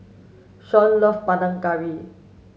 Shaun love Panang Curry